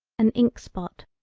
an ink spot,